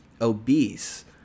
obese